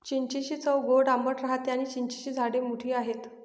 चिंचेची चव गोड आंबट राहते आणी चिंचेची झाडे मोठी आहेत